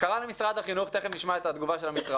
קרא למשרד החינוך תיכף נשמע את התגובה של המשרד